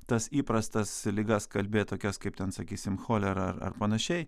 tas įprastas ligas kalbėt tokias kaip ten sakysim cholera ar ar panašiai